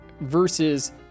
versus